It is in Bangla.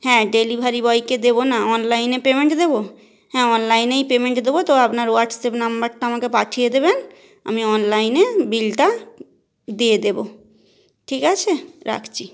হ্যাঁ ডেলিভারি বয়কে দেবো না অনলাইনে পেমেন্ট দেবো হ্যাঁ অনলাইনেই পেমেন্ট দেবো তো আপনার হোয়াটসঅ্যাপ নাম্বারটা আমাকে পাঠিয়ে দেবেন আমি অনলাইনে বিলটা দিয়ে দেবো ঠিক আছে রাকছি